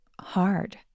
hard